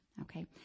okay